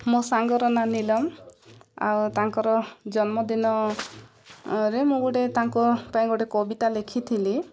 ମୋ ସାଙ୍ଗର ନାଁ ନିଲମ ଆଉ ତାଙ୍କର ଜନ୍ମଦିନରେ ମୁଁ ଗୋଟେ ତାଙ୍କ ପାଇଁ ଗୋଟେ କବିତା ଲେଖିଥିଲି